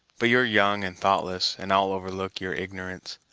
but you're young and thoughtless, and i'll overlook your ignorance.